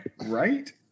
Right